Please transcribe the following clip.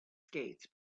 skates